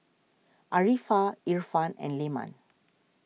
Arifa Irfan and Leman